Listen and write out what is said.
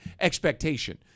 expectation